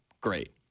great